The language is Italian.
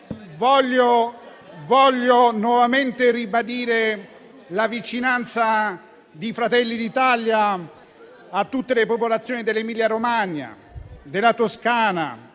Voglio nuovamente ribadire la vicinanza del Gruppo Fratelli d'Italia a tutte le popolazioni dell'Emilia-Romagna, della Toscana,